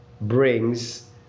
brings